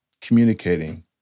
communicating